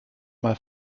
mal